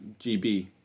GB